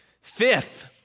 Fifth